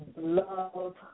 love